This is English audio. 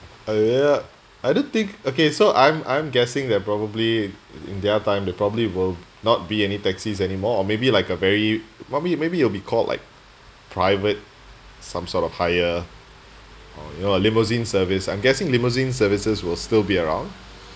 ya I don't think okay so I'm I'm guessing that probably in their time there probably will not be any taxis anymore or maybe like a very one way maybe it'll be called like private some sort of hire or you know a limousine service I'm guessing limousine services will still be around